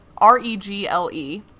R-E-G-L-E